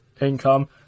income